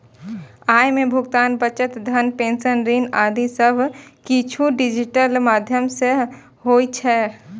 अय मे भुगतान, बचत, धन प्रेषण, ऋण आदि सब किछु डिजिटल माध्यम सं होइ छै